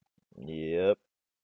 yup